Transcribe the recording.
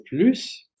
plus